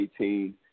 2018